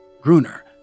Gruner